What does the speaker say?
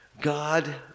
God